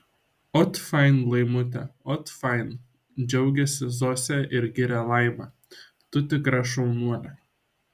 ot fain laimute ot fain džiaugiasi zosė ir giria laimą tu tikra šaunuolė